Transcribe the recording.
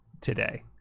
today